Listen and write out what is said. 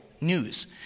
news